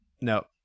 no